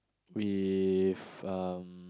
with um